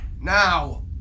now